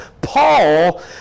Paul